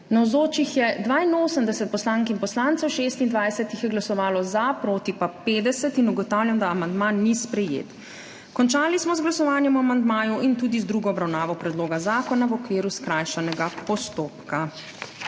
Navzočih je 82 poslank in poslancev, 26 jih je glasovalo za, proti pa 50. (Za je glasovalo 26.) (Proti 50.) Ugotavljam, da amandma ni sprejet. Končali smo z glasovanjem o amandmaju in tudi z drugo obravnavo predloga zakona v okviru skrajšanega postopka.